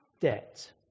debt